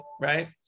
right